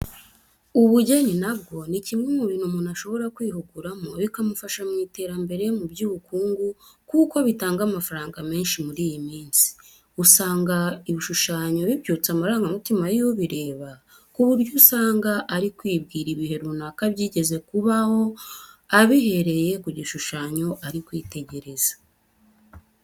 Ubugeni na bwo ni kimwe mu bintu umuntu ashobora kwihuguramo bikamufasha mu iterambere mu by'ubukungu kuko bitanga amafaranga menshi muri iyi minsi. Usanga ibishushanyo bibyutsa amarangamutima y'ubireba ku buryo usanga ari kwibwira ibihe runaka byigeze kubaho abihereye ku gishushanyo ari kwitegereza.